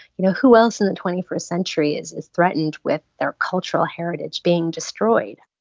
you know, who else in the twenty first century is is threatened with their cultural heritage being destroyed